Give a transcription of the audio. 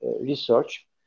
research